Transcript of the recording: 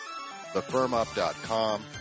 thefirmup.com